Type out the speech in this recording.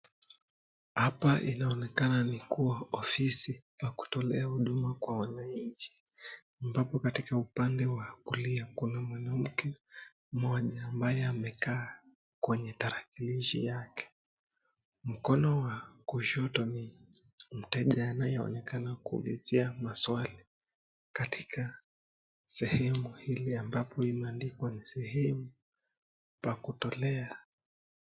Hapa inaonekana ni kuwa ofisi pa kutolewa huduma kwa wananchi. Ambapo katika upande wa kulia kuna mwanamke moja ambaye amekaa kwenye tarakilishi yake. Mkono wa kushoto ni mteja anayoonekana kuulizia maswali katika sehemu, ili ambapo inaandikwa ni sehemu pa kutolea.